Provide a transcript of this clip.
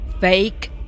Fake